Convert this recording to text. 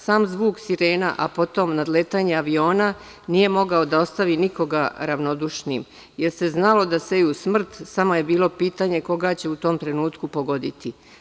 Sam zvuk sirena, a potom nadletanje aviona nije mogao da ostavi nikoga ravnodušnim, jer se znalo da seju smrt, samo je bilo pitanje koga će u tom trenutku pogoditi.